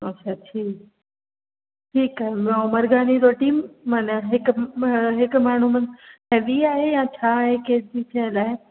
अछा ठीकु ठीकु आहे ॿियो मरघानी रोटी मन हिकु हिकु माण्हू में ॿी आहे या छा आहे थियल आहे